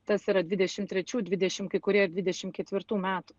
tas yra dvidešim trečių dvidešim kai kurie ir dvidešim ketvirtų metų